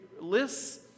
lists